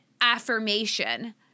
affirmation